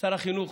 שר החינוך,